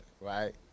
right